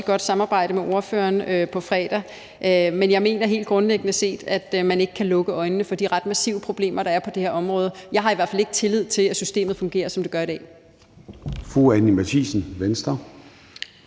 godt samarbejde med ordføreren, på fredag. Men jeg mener helt grundlæggende, at man ikke kan lukke øjnene for de ret massive problemer, der er på det her område. Jeg har hvert fald ikke tillid til, at systemet fungerer, som det skal, i dag.